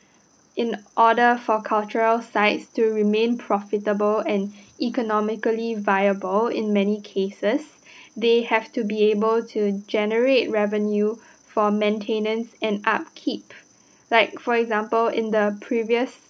in order for cultural sites to remain profitable and economically viable in many cases they have to be able to generate revenue for maintenance and upkeep like for example in the previous